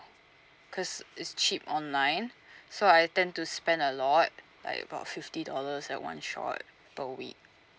cause it's cheap online so I tend to spend a lot like about fifty dollars at one shot per week